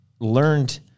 learned